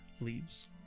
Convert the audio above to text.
leaves